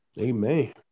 Amen